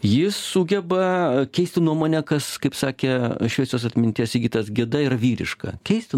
jis sugeba keisti nuomonę kas kaip sakė šviesios atminties sigitas geda yra vyriška keisti